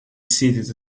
seated